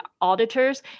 auditors